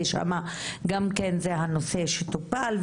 ושם גם כן זה הנושא שטופל,